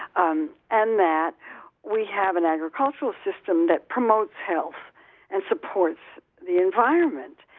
um and that we have an agricultural system that promotes health and supports the environment?